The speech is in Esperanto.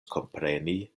kompreni